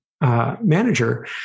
Manager